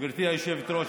גברתי היושבת-ראש,